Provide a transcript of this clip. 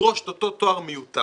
לדרוש את אותו תואר מיותר